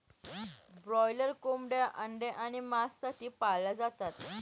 broiler कोंबड्या अंडे आणि मांस साठी पाळल्या जातात